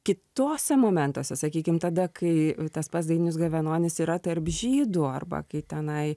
kituose momentuose sakykim tada kai tas pats dainius gavenonis yra tarp žydų arba kai tenai